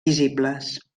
visibles